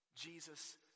Jesus